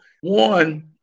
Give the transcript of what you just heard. One